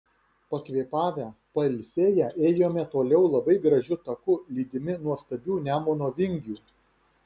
pakvėpavę pailsėję ėjome toliau labai gražiu taku lydimi nuostabių nemuno vingių